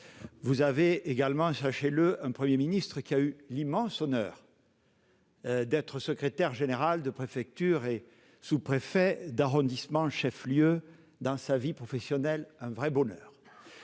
Vous avez devant vous un Premier ministre qui a eu l'immense honneur d'être secrétaire général de préfecture et sous-préfet d'arrondissement chef-lieu dans sa vie professionnelle- un vrai bonheur !